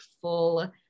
full